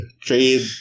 Trade